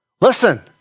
Listen